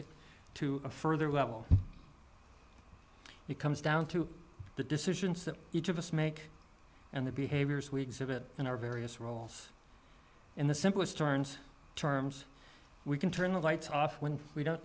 it to a further level it comes down to the decisions that each of us make and the behaviors we exhibit in our various roles in the simplest terms terms we can turn the lights off when we don't